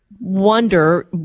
Wonder